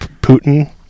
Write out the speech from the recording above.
putin